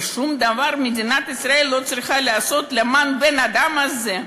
ושום דבר מדינת ישראל לא צריכה לעשות למען הבן-אדם הזה?